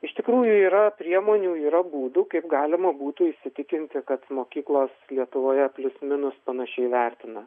iš tikrųjų yra priemonių yra būdų kaip galima būtų įsitikinsi kad mokyklos lietuvoje plius minus panašiai vertina